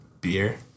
beer